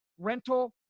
rental